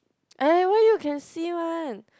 eh why you can see one